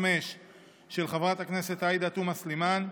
של חברת הכנסת עאידה תומא סלימאן,